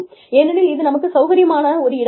ஏனெனில் இது நமக்கு சௌகரியமான ஒரு இடமாகும்